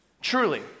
Truly